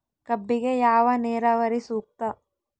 ಕಬ್ಬಿಗೆ ಯಾವ ನೇರಾವರಿ ಸೂಕ್ತ?